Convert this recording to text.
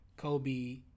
Kobe